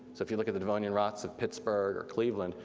so if you look at the devonian rocks of pittsburgh or cleveland,